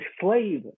slave